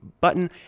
button